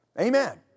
Amen